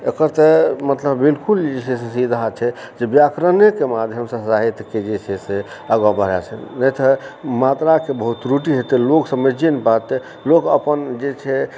एकर तऽ मतलब बिलकुल जे छै से सीधा छै जे व्याकरणेके माध्यमसँ साहित्यके जे छै से नहि तऽ मात्राके बहुत त्रुटि हेतय लोक सब नहि चिन्ह पेतय लोक अपन जे छै